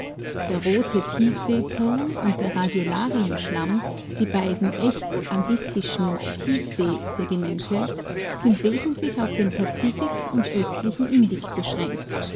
der rote tiefseeton und der radiolarienschlamm die beiden echt abyssischen tiefsee sedimente sind wesentlich auf den pazifik und östlichen indik beschränkt